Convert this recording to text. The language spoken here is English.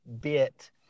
bit